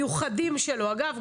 המיוחדים שלו אגב,